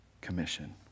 Commission